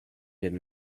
did